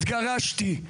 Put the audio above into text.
התגרשתי,